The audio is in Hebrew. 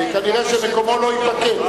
כנראה מקומו לא ייפקד.